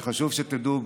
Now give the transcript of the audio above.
וחשוב שתדעו,